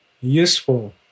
useful